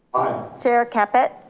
chair caput.